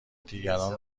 دیگران